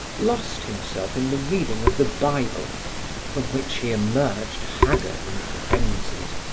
lost himself in the reading of the bible from which he emerged haggard and frenzied,